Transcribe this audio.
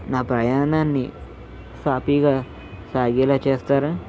నా ప్రయాణాన్ని సాఫీగా సాగేలా చేస్తారా